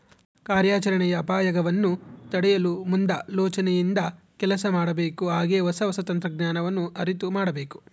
ಕಾರ್ಯಾಚರಣೆಯ ಅಪಾಯಗವನ್ನು ತಡೆಯಲು ಮುಂದಾಲೋಚನೆಯಿಂದ ಕೆಲಸ ಮಾಡಬೇಕು ಹಾಗೆ ಹೊಸ ತಂತ್ರಜ್ಞಾನವನ್ನು ಅರಿತು ಮಾಡಬೇಕು